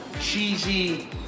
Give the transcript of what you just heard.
cheesy